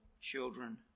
children